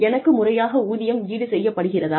எனக்கு முறையாக ஊதியம் ஈடு செய்யப்படுகிறதா